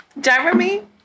Jeremy